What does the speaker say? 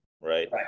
right